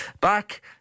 back